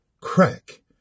Crack